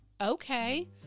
Okay